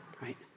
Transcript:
right